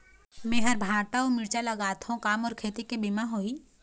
मेहर भांटा अऊ मिरचा लगाथो का मोर खेती के बीमा होही?